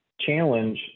challenge